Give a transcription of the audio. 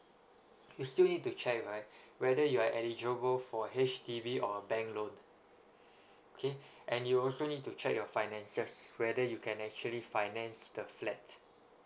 you still need to check right whether you are eligible for H_D_B or a bank loan okay and you also need to check your finances whether you can actually finance the flat